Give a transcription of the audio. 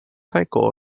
cycle